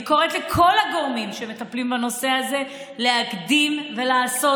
אני קוראת לכל הגורמים שמטפלים בנושא הזה להקדים ולעשות,